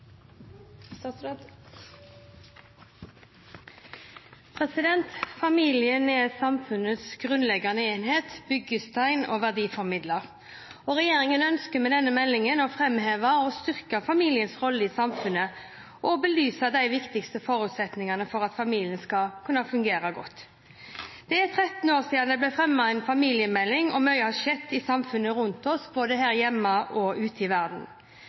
til. Familien er samfunnets grunnleggende enhet, byggestein og verdiformidler. Regjeringen ønsker med denne meldingen å framheve og styrke familiens rolle i samfunnet og belyse de viktigste forutsetningene for at familiene skal kunne fungere godt. Det er 13 år siden det ble fremmet en familiemelding, og mye har skjedd i samfunnet rundt oss, både her hjemme og ute i verden.